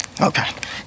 Okay